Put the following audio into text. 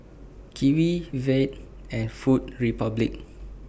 Kiwi Veet and Food Republic